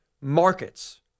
markets